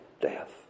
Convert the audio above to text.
Death